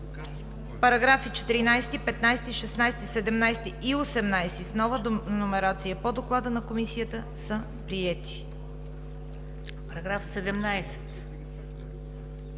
Параграфи 14, 15, 16, 17 и 18 с нова номерация по доклада на Комисията са приети. ДОКЛАДЧИК